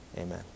Amen